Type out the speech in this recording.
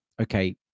okay